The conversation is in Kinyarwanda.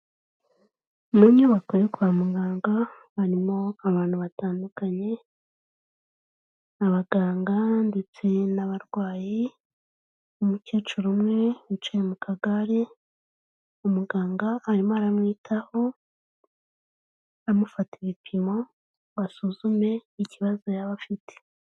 Mu nyubakore yo kwa muganga harimo abantu batandukanye abaganga ndetse n'abarwayi, umukecuru umwe yicaye mu kagare umuganga arimo aramwitaho amufatira ibipimo ngo basuzume ikibazo yaba afite.